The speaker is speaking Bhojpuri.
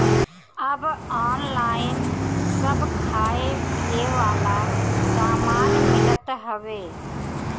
अब ऑनलाइन सब खाए पिए वाला सामान मिलत हवे